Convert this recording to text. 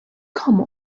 come